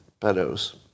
pedos